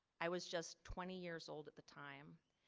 i was just twenty years old at the time,